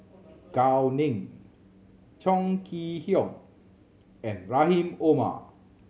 Gao Ning Chong Kee Hiong and Rahim Omar